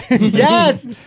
Yes